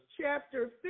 chapter